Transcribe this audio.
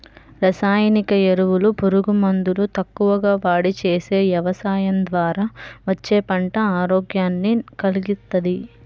రసాయనిక ఎరువులు, పురుగు మందులు తక్కువగా వాడి చేసే యవసాయం ద్వారా వచ్చే పంట ఆరోగ్యాన్ని కల్గిస్తది